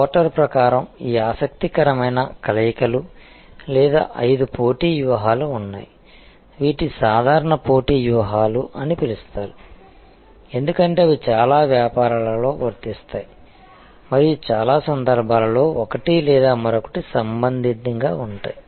Porter ప్రకారం ఈ ఆసక్తికరమైన కలయికలు లేదా ఐదు పోటీ వ్యూహాలు ఉన్నాయి వీటిని సాధారణ పోటీ వ్యూహాలు అని పిలుస్తారు ఎందుకంటే అవి చాలా వ్యాపారాలలో వర్తిస్తాయి మరియు చాలా సందర్భాలలో ఒకటి లేదా మరొకటి సంబంధితంగా ఉంటాయి